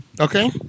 Okay